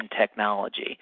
technology